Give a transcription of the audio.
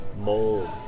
mold